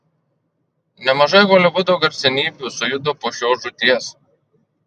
nemažai holivudo garsenybių sujudo po šios žūties